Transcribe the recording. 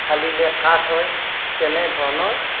ফালিলে কাঠ হয় তেনে ধৰণৰ